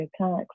attacks